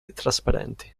trasparenti